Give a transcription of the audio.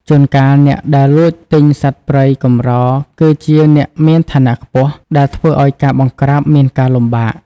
ជួនកាលអ្នកដែលលួចទិញសត្វព្រៃកម្រគឺជាអ្នកមានឋានៈខ្ពស់ ដែលធ្វើឱ្យការបង្ក្រាបមានការលំបាក។